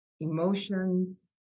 emotions